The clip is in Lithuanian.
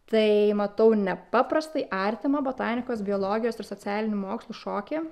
tai matau nepaprastai artimą botanikos biologijos ir socialinių mokslų šokį